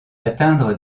atteindre